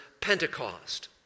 Pentecost